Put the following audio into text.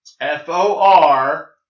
F-O-R